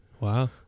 Wow